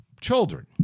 children